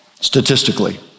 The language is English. Statistically